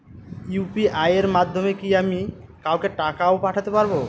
UPI এর মাধ্যমে কি আমি কাউকে টাকা ও পাঠাতে পারবো?